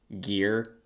gear